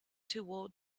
toward